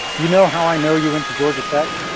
you know how i know you went to georgia tech,